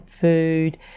food